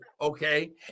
Okay